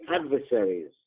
adversaries